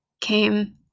came